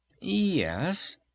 Yes